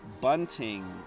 bunting